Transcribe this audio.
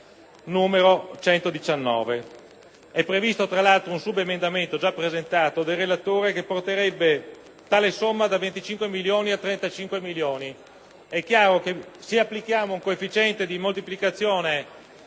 maggio 2003. È previsto tra l'altro un subemendamento del relatore, già presentato, che porterebbe tale somma da 25 a 35 milioni. È chiaro che se applichiamo un coefficiente di moltiplicazione